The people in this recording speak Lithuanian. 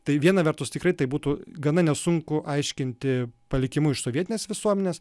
tai viena vertus tikrai tai būtų gana nesunku aiškinti palikimu iš sovietinės visuomenės